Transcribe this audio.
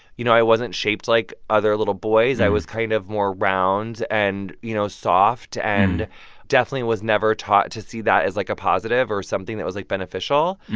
you know, i wasn't shaped like other little boys. i was kind of more round and, you know, soft and definitely was never taught to see that as, like, a positive or something that was, like, beneficial.